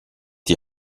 die